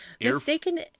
Mistaken